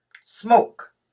Smoke